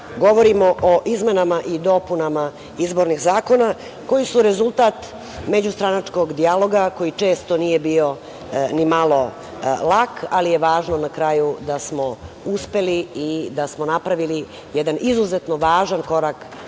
govorimo o izmenama i dopunama izbornih zakona koji su rezultat međustranačkog dijaloga koji često nije bio ni malo lak, ali je važno na kraju da smo uspeli i da smo napravili jedan izuzetno važan korak